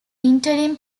interim